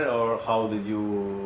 or how did you.